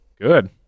Good